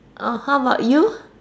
oh how about you